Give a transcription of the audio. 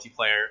multiplayer